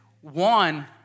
one